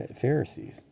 Pharisees